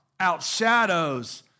outshadows